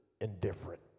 indifferent